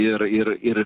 ir ir ir